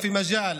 תרגומם: